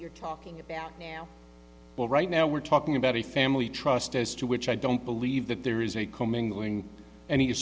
you're talking about well right now we're talking about a family trust as to which i don't believe that there is a